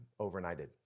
overnighted